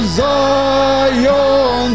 zion